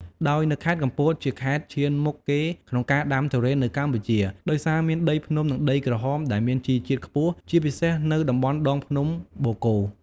ដោយនៅខេត្តកំពតជាខេត្តឈានមុខគេក្នុងការដាំទុរេននៅកម្ពុជា ដោយសារមានដីភ្នំ និងដីក្រហម ដែលមានជីជាតិខ្ពស់ ជាពិសេសនៅតំបន់ដងភ្នំបូកគោ។